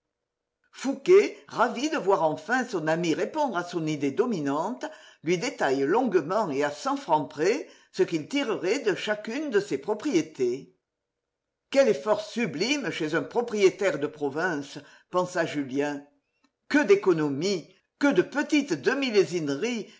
fouqué ravi de voir enfin son ami répondre à son idée dominante lui détaille longuement et à cent francs près ce qu'il tirerait de chacune de ses propriétés quel effort sublime chez un propriétaire de province pensa julien que d'économies que de petites